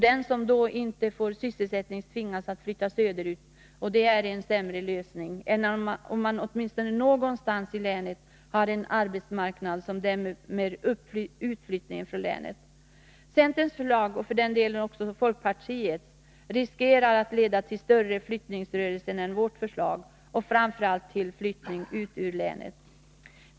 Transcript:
Den som då inte får sysselsättning tvingas att flytta söderut, och det är en sämre lösning än om man åtminstone någonstans i länet har en arbetsmarknad som dämmer upp utflyttningen från länet. Centerns förslag, och för den delen folkpartiets, riskerar att leda till större flyttningsrörelser än vårt förslag och framför allt till flyttning ut ur länet.